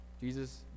Jesus